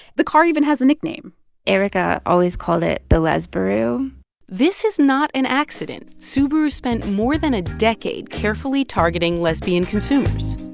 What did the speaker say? the car even has a nickname erica always called it the lesbaru this is not an accident. subaru spent more than a decade carefully targeting lesbian consumers